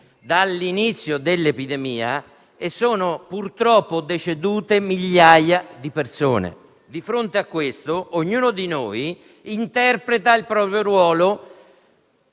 dall'inizio dell'epidemia e purtroppo sono decedute migliaia di persone. Di fronte a questo, ognuno di noi interpreta il proprio ruolo